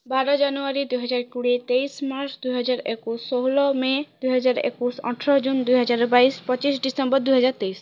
ବାର ଜାନୁୟାରୀ ଦୁଇ ହଜାର କୋଡ଼ିଏ ତେଇଶ ମାର୍ଚ୍ଚ୍ ଦୁଇ ହଜାର ଏକୋଇଶ ଷୋହଳ ମେ ଦୁଇ ହଜାର ଏକୋଇଶ ଅଠର ଜୁନ୍ ଦୁଇ ହଜାର ବାଇଶ ପଚିଶ ଡିସେମ୍ବର୍ ଦୁଇ ହଜାର ତେଇଶ